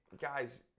guys